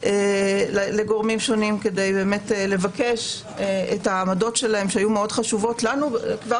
לגורמים שונים כדי לבקש את עמדותיהם שהיו חשובות לנו כבר